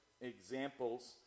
examples